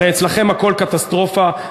הרי אצלכם הכול קטסטרופה,